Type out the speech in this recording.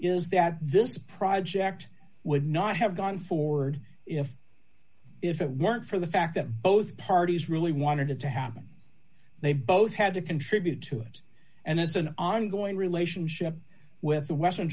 is that this project would not have gone forward if if it weren't for the fact that both parties really wanted it to happen they've both had to contribute to it and it's an ongoing relationship with the western